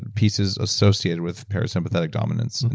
peace is associated with parasympathetic dominance, and